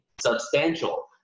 substantial